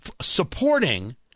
supporting